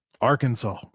Arkansas